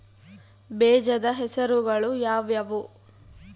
ಬೇಜದ ಹೆಸರುಗಳು ಯಾವ್ಯಾವು?